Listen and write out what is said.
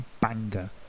banger